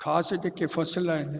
ख़ासि जेके फ़सुलु आहिनि